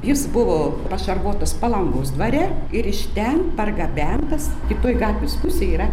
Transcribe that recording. jis buvo pašarvotas palangos dvare ir iš ten pargabentas kitoj gatvės pusėj yra